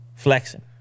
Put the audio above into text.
flexing